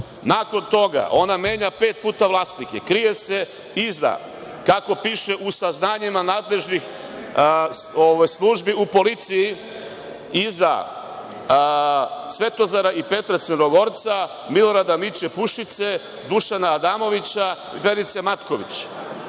evra. Nakon toga ona menja pet puta vlasnike, krije se iza, kako piše u saznanjima nadležnih službi u policiji, Svetozara i Petra Crnogorca, Milorada Miče Pušice, Dušana Adamovića, Verice Matković.